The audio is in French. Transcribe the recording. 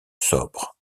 sobre